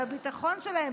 בביטחון שלהם,